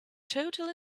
total